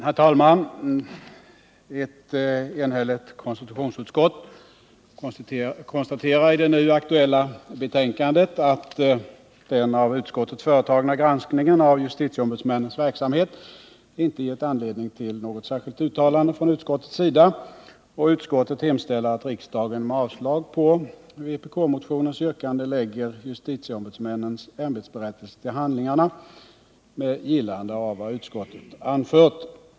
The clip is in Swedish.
Herr talman! Ett enhälligt konstitutionsutskott konstaterar i det nu aktuella betänkandet att den av utskottet företagna granskningen av justitieombudsmännens verksamhet inte gett anledning till något särskilt uttalande från utskottets sida. Utskottet hemställer att riksdagen med avslag på vpk-motionens yrkande lägger justitieombudsmännens ämbetsberättelse till handlingarna med gillande av vad utskottet anfört.